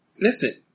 Listen